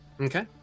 Okay